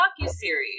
docu-series